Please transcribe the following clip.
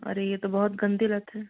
अरे यह तो बहुत गंदी लत है